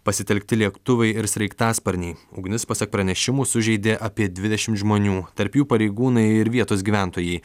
pasitelkti lėktuvai ir sraigtasparniai ugnis pasak pranešimų sužeidė apie dvidešim žmonių tarp jų pareigūnai ir vietos gyventojai